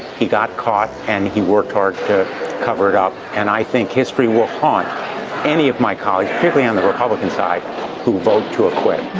he got caught and he worked hard to cover it up. and i think history will haunt any of my colleagues on the republican side who vote to acquit